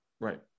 right